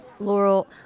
Laurel